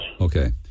Okay